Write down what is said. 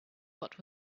what